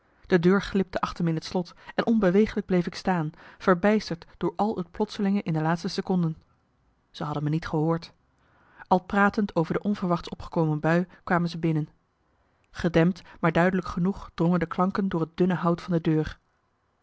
de deur glipte achter me in het slot en onbeweeglijk bleef ik staan verbijsterd door al het plotselinge in de laatste seconden ze hadden me niet gehoord al pratend over de onverwachts opgekomen bui kwamen ze binnen gedempt maar duidelijk genoeg drongen de klanken door het dunne hout van de deur